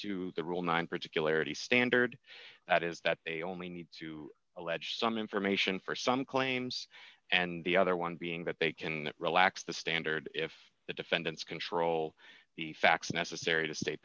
to the rule nine particularities standard that is that they only need to allege some information for some claims and the other one being that they can relax the standard if the defendants control the facts necessary to sta